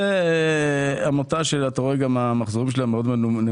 אתה רואה את המחזורים של העמותה שהם מאוד מאוד נמוכים.